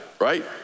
right